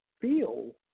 feel